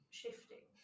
shifting